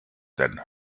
then